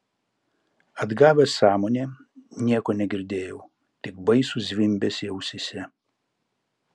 atgavęs sąmonę nieko negirdėjau tik baisų zvimbesį ausyse